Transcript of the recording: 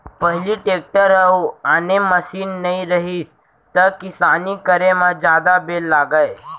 पहिली टेक्टर अउ आने मसीन नइ रहिस त किसानी करे म जादा बेर लागय